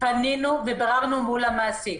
פנינו ובדקנו מול המעסיק.